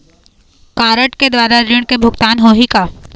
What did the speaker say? Card के द्वारा ऋण के भुगतान होही का?